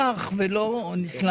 מקובל להגיד.